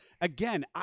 again